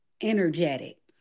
energetic